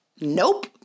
nope